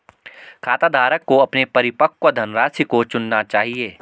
खाताधारक को अपने परिपक्व धनराशि को चुनना चाहिए